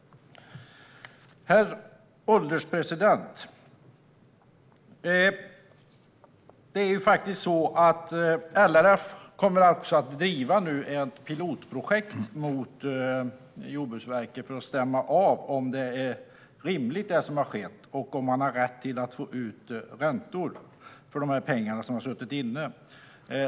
Herr ålderspresident! LRF kommer nu att driva ett pilotprojekt mot Jordbruksverket för att stämma av om det är rimligt, det som har skett, och om man har rätt att få ut räntor för pengarna som har hållits inne.